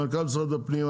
מנכ"ל משרד הפנים,